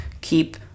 keep